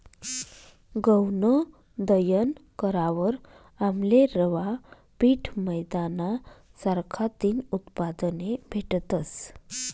गऊनं दयन करावर आमले रवा, पीठ, मैदाना सारखा तीन उत्पादने भेटतस